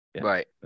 right